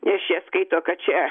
nes čia skaito kad čia